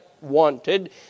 wanted